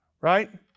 right